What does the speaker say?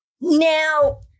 Now